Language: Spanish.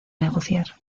negociar